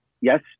yes